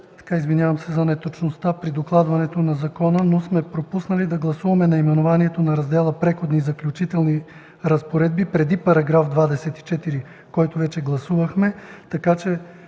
извинявам се за неточността при докладването на закона, но сме пропуснали да гласуваме названието на Раздела „Преходни и заключителни разпоредби” преди § 24, който вече гласувахме.